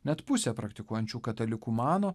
net pusė praktikuojančių katalikų mano